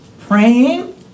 praying